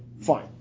fine